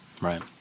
Right